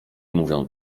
mówią